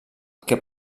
que